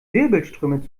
wirbelströme